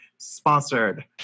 sponsored